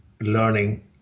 learning